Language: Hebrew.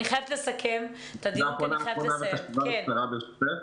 נקודה אחרונה, ברשותך,